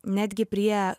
netgi prie